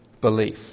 belief